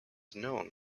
known